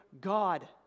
God